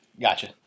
Gotcha